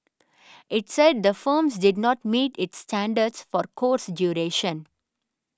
it said the firms did not meet its standards for course duration